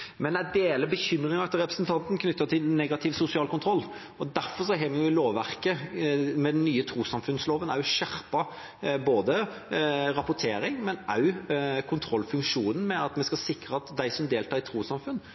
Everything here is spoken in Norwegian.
Men jeg deler bekymringen til representanten knyttet til negativ sosial kontroll. Derfor har vi i lovverket, med den nye trossamfunnsloven, skjerpet rapporteringen, men også kontrollfunksjonen med at vi skal sikre at de som deltar i trossamfunn,